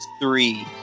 three